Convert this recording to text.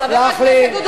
כשאתה יורד,